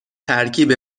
ترکیب